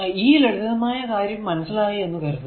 ഈ ലളിതമായ കാര്യം മനസ്സിലായി എന്ന് കരുതുന്നു